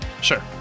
Sure